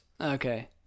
Okay